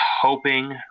hoping